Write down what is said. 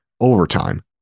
overtime